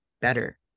better